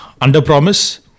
under-promise